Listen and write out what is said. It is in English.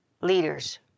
leaders